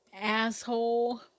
asshole